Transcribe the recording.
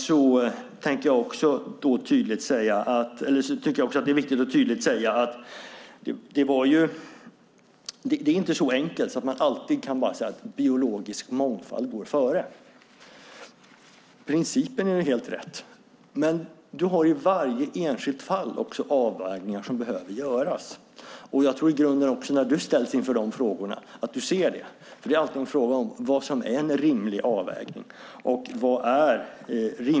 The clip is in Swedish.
Det är också viktigt att framhålla att det inte alltid är så enkelt att man tydligt kan säga att biologisk mångfald går före. Principen är rätt, men det finns i varje enskilt fall också avvägningar som behöver göras. Jag tror också att du, Åsa Romson, ser det när du ställs inför de frågorna. Det är alltid frågan vad som är en rimlig avvägning.